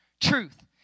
truth